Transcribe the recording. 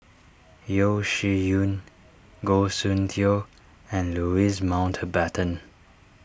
Yeo Shih Yun Goh Soon Tioe and Louis Mountbatten